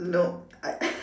nope I